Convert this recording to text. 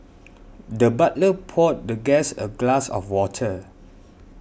the butler poured the guest a glass of water